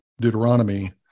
Deuteronomy